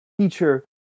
teacher